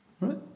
Right